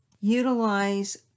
Utilize